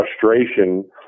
frustration